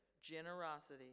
generosity